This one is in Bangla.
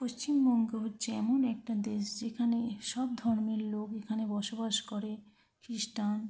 পশ্চিমবঙ্গ হচ্ছে এমন একটা দেশ যেখানে সব ধর্মের লোক এখানে বসবাস করে খ্রিস্টান